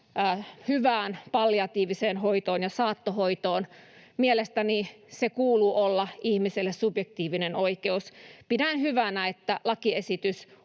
hyvään palliatiiviseen hoitoon ja saattohoitoon. Mielestäni sen kuuluu olla ihmiselle subjektiivinen oikeus. Pidän hyvänä, että lakiesitys